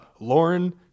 Lauren